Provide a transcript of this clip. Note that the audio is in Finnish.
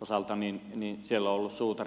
osalta niin siellä ovat olleet suutarit ja räätälit